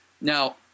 Now